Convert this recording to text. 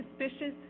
suspicious